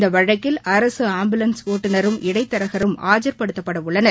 இந்த வழக்கில் அரசு ஆப்புலன்ஸ் ஓட்டுநரும் இடைத்தரகரும் ஆஜர்படுத்தப்பட உள்ளனர்